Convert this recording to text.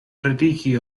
prediki